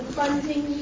funding